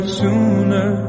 sooner